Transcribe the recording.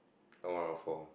L one R 4 ah